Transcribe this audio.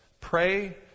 pray